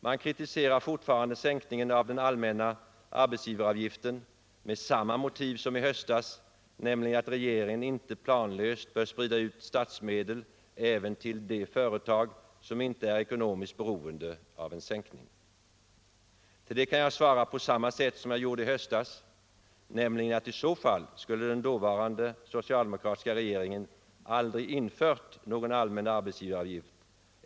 Man kritiserar fortfarande sänkningen av den allmänna arbetsgivaravgiften med samma motiv som i höstas — att regeringen inte planlöst bör sprida ut statsmedel även till de företag som inte är ekonomiskt beroende av en sänkning. På det kan jag svara på samma sätt som jag gjorde i höstas, nämligen att den dåvarande socialdemokratiska regeringen i så fall aldrig skulle ha infört någon allmän arbetsgivaravgift.